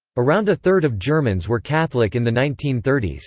around a third of germans were catholic in the nineteen thirty s.